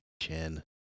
chin